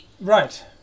Right